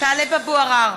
טלב אבו עראר,